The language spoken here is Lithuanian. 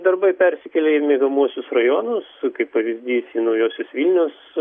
darbai persikėlė į miegamuosius rajonus kaip pavyzdys į naujosios vilnios